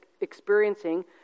experiencing